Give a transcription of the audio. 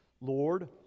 Lord